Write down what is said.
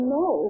no